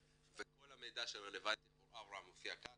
וכל המידע שרלבנטי עבור אברהם מופיע כאן,